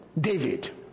David